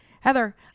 Heather